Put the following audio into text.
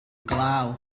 glaw